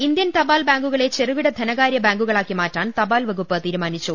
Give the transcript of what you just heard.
Indian തപാൽ ബാങ്കുകളെ ചെറുകിട ധനകാര്യ ബാങ്കുകളാക്കി മാറ്റാൻ ത്പാൽ വകുപ്പ് തീരുമാനിച്ചു